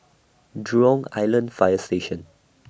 Jurong Island Fire Station